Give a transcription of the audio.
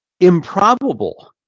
improbable